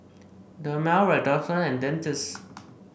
Dermale Redoxon and Dentiste